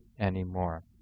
anymore